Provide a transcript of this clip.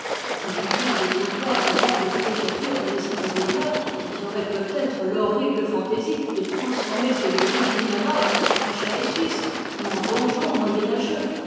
si jamais des bourgeois en mal de villégiature venaient s'établir là ils auraient peut-être l'horrible fantaisie de transformer ce logis vénérable en chalet suisse ou en donjon moyenâgeux